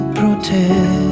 protect